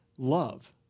Love